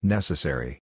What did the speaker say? Necessary